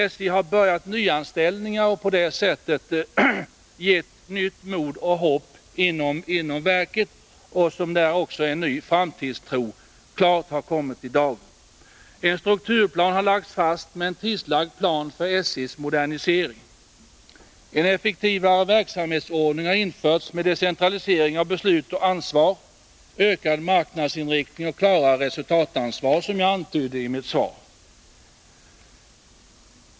SJ har börjat göra nyanställningar och har på det sättet gett nytt mod och hopp inom verket, där också en ny framtidstro klart har kommit idagen. En strukturplan har lagts fast, med en tidsplan för modernisering. En effektivare verksamhetsordning har införts, med decentralisering av beslut och ansvar, ökad marknadsinriktning och klarare resultatansvar, som jag antydde i mitt svar.